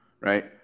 right